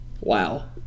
Wow